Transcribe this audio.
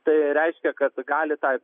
tai reiškia kad gali tą